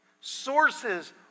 sources